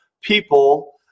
people